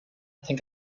think